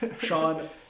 Sean